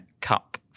Cup